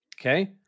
Okay